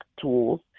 tools